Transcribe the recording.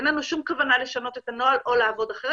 אין לנו שום כוונה לשנות את הנוהל או לעבוד אחרת